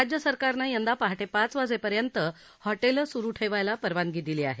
राज्य सरकारनं यंदा पहाटे पाच वाजेपर्यंत हॉटेलं सुरू ठेवायला परवानगी दिली आहे